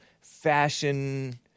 fashion